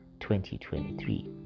2023